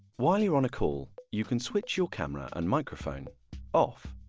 while you're on a call you can switch your camera and microphone off.